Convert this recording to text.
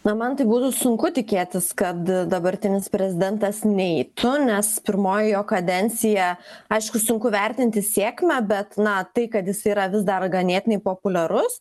na man būtų sunku tikėtis kad dabartinis prezidentas neitų nes pirmoji jo kadencija aišku sunku vertinti sėkmę bet na tai kad jis yra vis dar ganėtinai populiarus